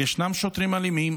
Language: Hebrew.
ישנם שוטרים אלימים